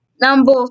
Number